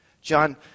John